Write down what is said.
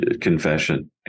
confession